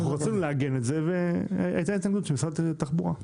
רצינו לעגן את זה אבל הייתה התנגדות של משרד התחבורה.